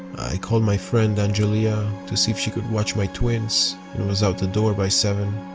i called my friend angelia to see if she could watch my twins and was out the door by seven.